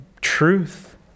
truth